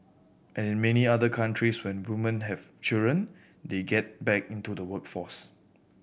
and in many other countries when woman have children they get back into the workforce